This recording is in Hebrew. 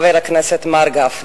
חבר הכנסת מר גפני.